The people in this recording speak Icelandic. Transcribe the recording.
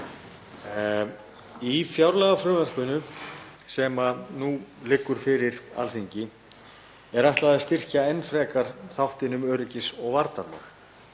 Fjárlagafrumvarpinu sem nú liggur fyrir Alþingi er ætlað að styrkja enn frekar þáttinn um öryggis- og varnarmál